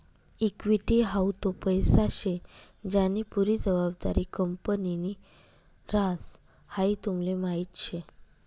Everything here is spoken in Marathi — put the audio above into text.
इक्वीटी हाऊ तो पैसा शे ज्यानी पुरी जबाबदारी कंपनीनि ह्रास, हाई तुमले माहीत शे